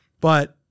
But-